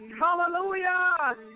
hallelujah